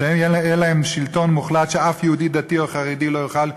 שיהיה להם שלטון מוחלט שאף יהודי דתי או חרדי לא יוכל לבוא,